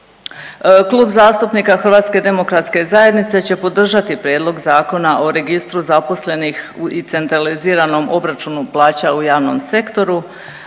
nas imamo izmjene i dopune Zakona o registru zaposlenih i centraliziranom obračunu plaća u javnom sektoru.